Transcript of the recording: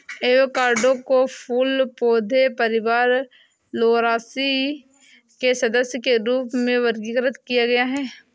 avocado को फूल पौधे परिवार लौरासी के सदस्य के रूप में वर्गीकृत किया गया है